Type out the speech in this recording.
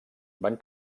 van